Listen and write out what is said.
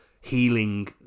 healing